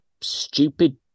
stupid